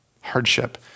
hardship